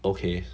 okay